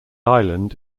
island